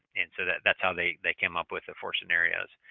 and so, that's how they they came up with the four scenarios.